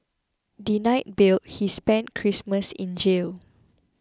denied bail he spent Christmas in jail